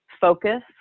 focus